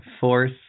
force